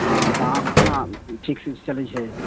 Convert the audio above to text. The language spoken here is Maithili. हँ तऽ अहाँके केना फीस ओस चलै छै